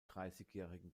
dreißigjährigen